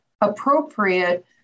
appropriate